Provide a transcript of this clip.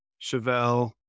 Chevelle